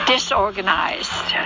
disorganized